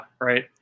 right